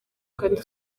kandi